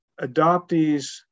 adoptees